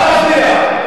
אל תפריע.